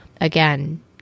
Again